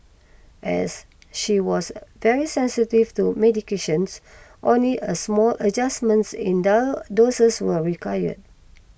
as she was very sensitive to medications only a small adjustments in doses were required